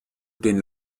den